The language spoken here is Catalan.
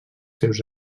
seus